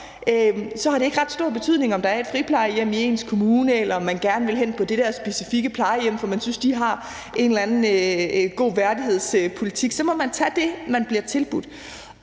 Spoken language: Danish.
Så har det ikke ret stor betydning, om der er et friplejehjem i ens kommune, eller om man gerne vil hen på det der specifikke plejehjem, fordi man synes, at de har en eller anden god værdighedspolitik. Så må man tage det, man bliver tilbudt.